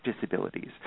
disabilities